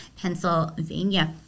Pennsylvania